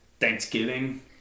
Thanksgiving